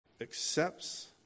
accepts